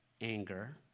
anger